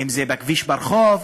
אם בכביש ברחוב,